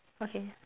okay